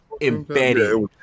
embedded